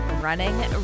running